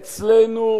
אצלנו,